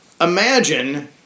imagine